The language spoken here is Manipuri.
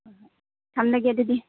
ꯍꯣꯏ ꯍꯣꯏ ꯊꯝꯂꯒꯦ ꯑꯗꯨꯗꯤ